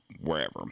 wherever